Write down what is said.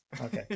Okay